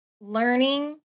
learning